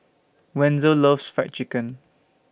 Wenzel loves Fried Chicken